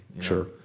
Sure